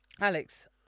Alex